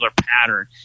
pattern